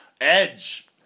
Edge